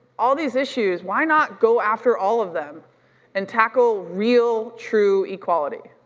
all these issues, why not go after all of them and tackle real, true equality?